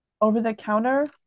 over-the-counter